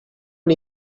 una